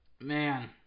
Man